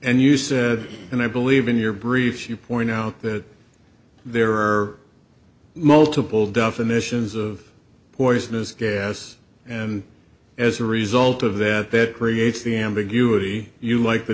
and you said and i believe in your briefs you point out that there are multiple definitions of poisonous gas and as a result of that that creates the ambiguity you like the